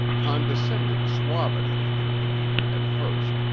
condescending suavity in their demeanour at first,